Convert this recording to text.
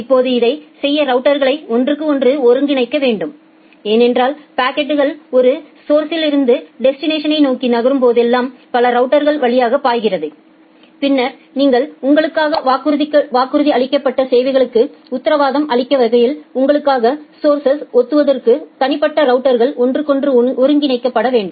இப்போது இதை செய்ய ரவுட்டர்களை ஒன்றுக்கொன்று ஒருங்கிணைக்க வேண்டும் ஏனென்றால் பாக்கெட்கள் ஒரு சௌர்ஸிலிருந்துsource டெஸ்டினேஷன் நோக்கி நகரும் போதெல்லாம் பல ரவுட்டர்கள் வழியாகப் பாய்கிறது பின்னர் உங்களுக்காக வாக்குறுதியளிக்கப்பட்ட சேவைக்கு உத்தரவாதம் அளிக்கும் வகையில் உங்களுக்காக சௌர்ஸ்களைsource ஒதுக்குவதற்கு தனிப்பட்ட ரவுட்டர்கள் ஒன்றுக்கொன்று ஒருங்கிணைக்க பட வேண்டும்